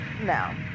No